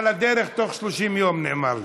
על הדרך תוך 30 יום, נאמר לי.